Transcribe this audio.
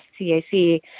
CAC